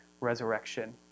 resurrection